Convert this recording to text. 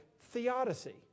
theodicy